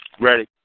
Ready